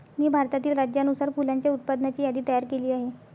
मी भारतातील राज्यानुसार फुलांच्या उत्पादनाची यादी तयार केली आहे